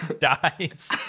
dies